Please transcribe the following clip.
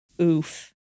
Oof